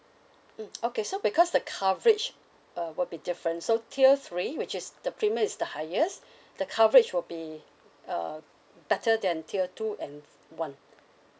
mm okay so because the coverage uh will be different so tier three which is the premium is the highest the coverage will be uh better than tier two and one